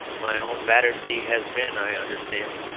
my own battersea has been, i understand,